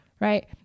Right